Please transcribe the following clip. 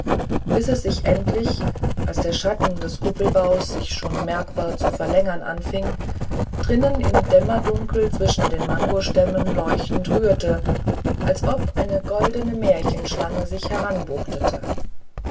bis es sich endlich als der schatten des kuppelbaues sich schon merkbar zu verlängern anfing drinnen im dämmerdunkel zwischen den mangostämmen leuchtend rührte als ob eine goldene märchenschlange sich